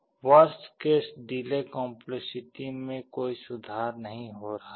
worst case delay complexity में कोई सुधार नहीं हो रहा है